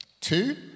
Two